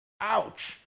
Ouch